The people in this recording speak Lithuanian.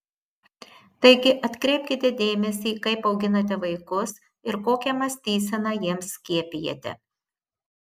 taigi atkreipkite dėmesį kaip auginate vaikus ir kokią mąstyseną jiems skiepijate